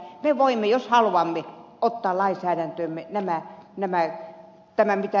me voimme jos haluamme ottaa lainsäädäntöömme tämän mitä ed